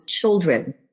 children